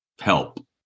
help